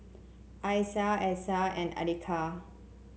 Aisyah Aisyah and Andika